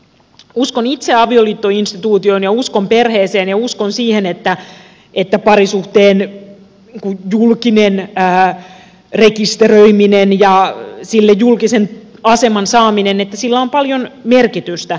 uskon itse avioliittoinstituutioon ja uskon perheeseen ja uskon siihen että parisuhteen julkisella rekisteröimisellä ja julkisen aseman saamisella sille on paljon merkitystä